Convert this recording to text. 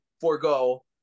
forego